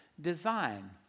design